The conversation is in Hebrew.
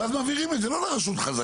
ואז מעבירים את זה לא לרשות חזקה,